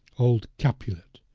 old capulet,